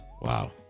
Wow